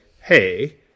Hey